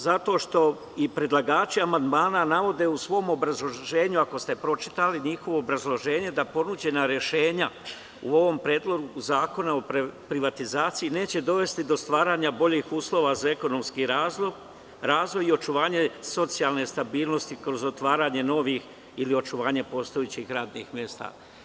Zato što i predlagači amandmana navode u svom obrazloženju, ako ste pročitali njihovo obrazloženje, da ponuđena rešenja u ovom predlogu zakona o privatizaciji neće dovesti do stvaranja boljih uslova za ekonomski razvoj i očuvanje socijalne stabilnosti kroz otvaranje novih ili očuvanje postojećih radnih mesta.